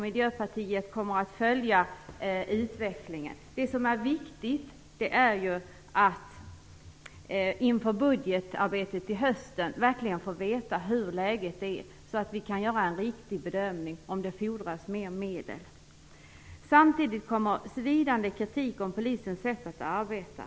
Miljöpartiet kommer att följa utvecklingen. Det är viktigt att vi inför budgetarbetet i höst verkligen får veta hur läget är, så att vi kan göra en riktig bedömning av om det fordras mer medel. Samtidigt kommer svidande kritik mot polisens sätt att arbeta.